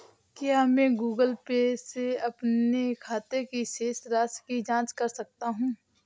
क्या मैं Google Pay से अपने खाते की शेष राशि की जाँच कर सकता हूँ?